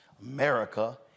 America